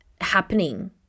happening